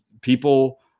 people